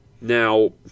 Now